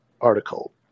article